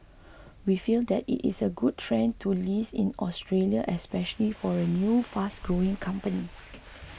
we feel that it is a good trend to list in Australia especially for a new fast growing company